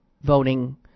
voting